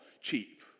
cheap